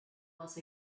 was